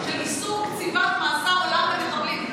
צריך לעשות חוק של איסור קציבת מאסר עולם למחבלים.